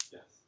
Yes